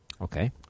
Okay